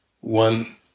one